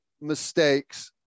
mistakes